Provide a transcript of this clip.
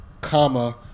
comma